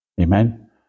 Amen